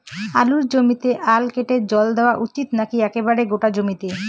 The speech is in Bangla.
আলুর জমিতে আল কেটে জল দেওয়া উচিৎ নাকি একেবারে গোটা জমিতে?